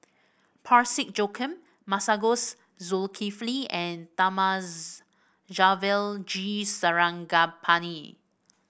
Parsick Joaquim Masagos Zulkifli and Thamizhavel G Sarangapani